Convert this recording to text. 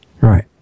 right